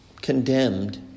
condemned